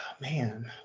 Man